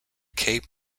cape